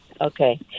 okay